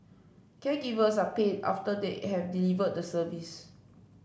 caregivers are paid after they have delivered the service